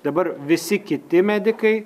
dabar visi kiti medikai